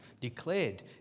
declared